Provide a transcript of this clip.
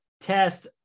Test